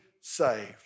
saved